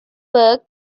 worked